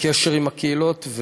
בקשר עם הקהילות,